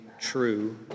true